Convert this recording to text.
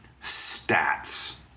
stats